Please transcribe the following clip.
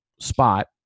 spot